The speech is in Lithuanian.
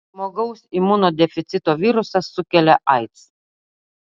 žmogaus imunodeficito virusas sukelia aids